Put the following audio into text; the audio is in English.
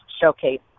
showcase